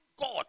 God